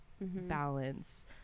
balance